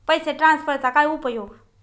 पैसे ट्रान्सफरचा काय उपयोग?